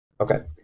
Okay